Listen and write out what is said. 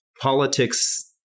politics